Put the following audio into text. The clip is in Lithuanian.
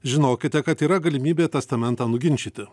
žinokite kad yra galimybė testamentą nuginčyti